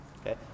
okay